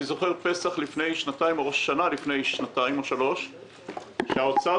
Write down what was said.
אני זוכר שבפסח או בראש השנה לפני שנתיים שלוש משרד האוצר